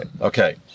okay